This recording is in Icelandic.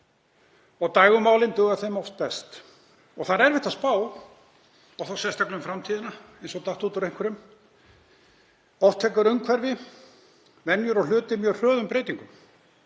Dægurmálin duga þeim oft best og það er erfitt að spá og þá sérstaklega um framtíðina, eins og datt út úr einhverjum. Oft taka umhverfi, venjur og hlutir mjög hröðum breytingum